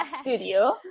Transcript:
studio